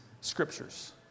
scriptures